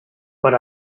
but